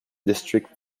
district